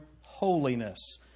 holiness